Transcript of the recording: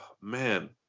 man